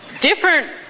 different